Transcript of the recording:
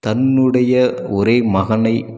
தன்னுடைய ஒரே மகனை